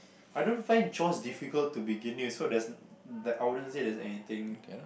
I don't find chores difficult to begin with so there's that I wouldn't say there's anything